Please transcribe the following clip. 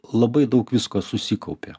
labai daug visko susikaupė